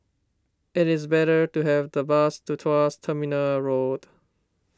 it is better to have the bus to Tuas Terminal Road